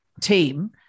team